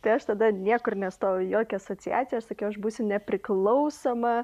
tai aš tada niekur nestojau į jokią asociaciją aš sakiau aš būsiu nepriklausoma